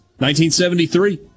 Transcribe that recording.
1973